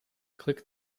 click